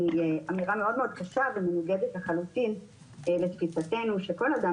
אמירה מאוד קשה ומנוגדת לחלוטין לתפיסתנו שכל אדם